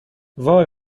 وای